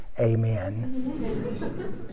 amen